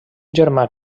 germà